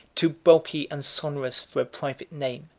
too bulky and sonorous for a private name,